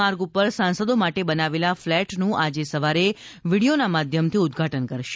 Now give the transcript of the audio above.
માર્ગ ઉપર સાંસદો માટે બનાવેલા ફ્લેટનું આજે સવારે વીડિયોના માધ્યમથી ઉદઘાટન કરશે